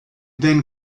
then